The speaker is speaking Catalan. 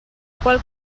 qual